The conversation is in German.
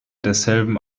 desselben